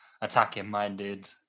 attacking-minded